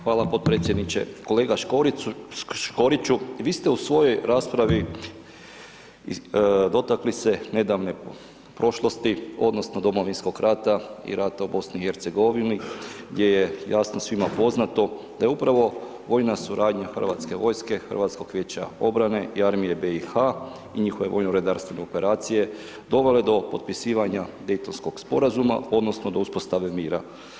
Hvala podpredsjedniče, kolega Škoriću vi ste u svojoj raspravi dotakli se nedavne prošlosti odnosno Domovinskog rata i rata u BiH gdje je jasno svima poznato da upravo vojna suradnja Hrvatske vojske, HVO i Armije BiH i njihove vojno-redarstvene operacije dovele do potpisivanja Dejtonskog sporazuma odnosno do uspostave mira.